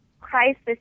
crisis